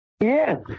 Yes